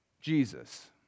Jesus